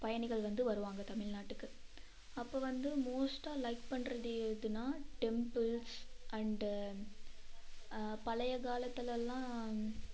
பயணிகள் வந்து வருவாங்க தமிழ்நாட்டுக்கு அப்போ வந்து மோஸ்ட்டாக லைக் பண்ணுறது எதுன்னால் டெம்புல்ஸ் அண்டு பழைய காலத்திலலாம்